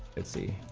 it's a